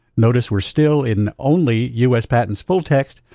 notice we're still in only us patents fulltext,